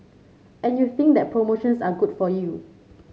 and you think that promotions are good for you